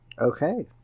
Okay